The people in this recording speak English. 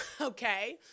okay